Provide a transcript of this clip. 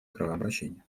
кровообращения